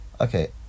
Okay